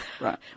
right